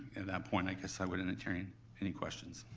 at that point, i guess i would entertain any questions.